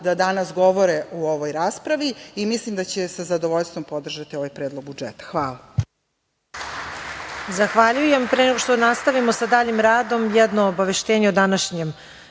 da danas govore u ovoj raspravi i mislim da će sa zadovoljstvom podržati ovaj Predlog budžeta. Hvala.